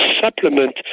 supplement